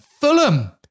Fulham